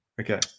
Okay